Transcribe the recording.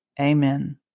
Amen